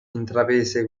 intraprese